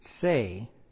say